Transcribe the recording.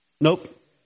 Nope